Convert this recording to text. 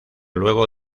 luego